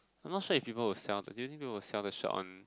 I'm not sure if people will sell do you think people will sell the shirt on